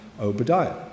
Obadiah